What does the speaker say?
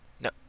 no